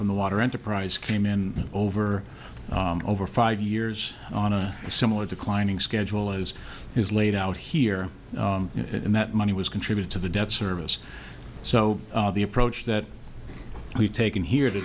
from the water enterprise came in over over five years on a similar declining schedule as is laid out here and that money was contribute to the debt service so the approach that we've taken here to